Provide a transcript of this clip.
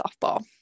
softball